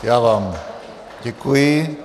Já vám děkuji.